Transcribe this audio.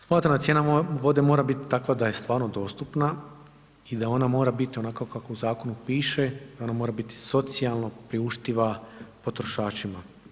Smatram da cijena vode mora biti takva da je stvarno dostupna i da ona mora biti onako kako u zakonu piše i ona mora biti socijalno priuštiva potrošačima.